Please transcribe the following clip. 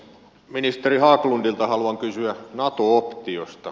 ministeri haglundilta haluan kysyä nato optiosta